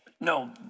no